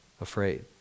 afraid